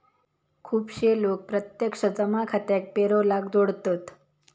खुपशे लोक प्रत्यक्ष जमा खात्याक पेरोलाक जोडतत